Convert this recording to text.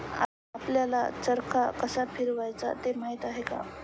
आपल्याला चरखा कसा फिरवायचा ते माहित आहे का?